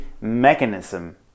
mechanism